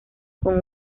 con